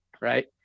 right